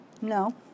No